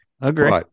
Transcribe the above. agree